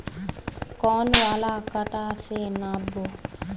कौन वाला कटा से नाप बो?